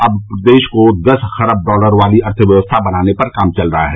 अब प्रदेश को दस खरब डॉलर वाली अर्थव्यवस्था बनाने पर काम चल रहा है